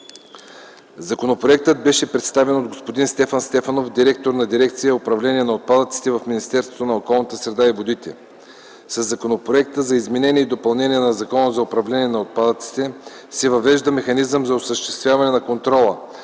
Законопроектът беше представен от господин Стефан Стефанов – директор на дирекция „Управление на отпадъците” в Министерството на околната среда и водите. Със Законопроекта за изменение и допълнение на Закона за управление на отпадъците се въвежда механизъм за осъществяване на контрола